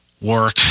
work